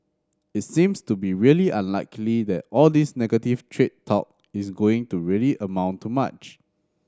it seems to be really unlikely that all this negative trade talk is going to really amount to much